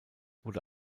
wurde